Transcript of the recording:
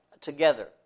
together